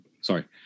Sorry